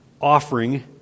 offering